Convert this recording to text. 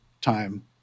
time